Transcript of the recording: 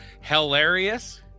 hilarious